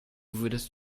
würdest